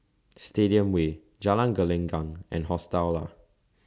Stadium Way Jalan Gelenggang and Hostel Lah